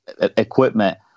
equipment